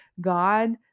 God